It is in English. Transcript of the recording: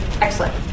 Excellent